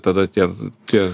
tada tie tie